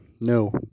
no